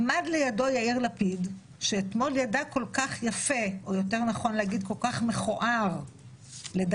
עמד לידו יאיר לפיד, שאתמול ידע כל כך מכוער לדבר,